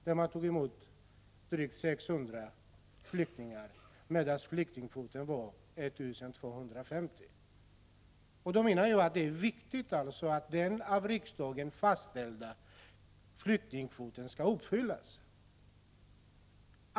Då tog man emot drygt 600 flyktingar, medan flyktingkvoten var 1 250. Jag menar att det är viktigt att den av riksdagen fastställda flyktingkvoten skall uppfyllas.